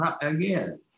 again